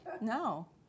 No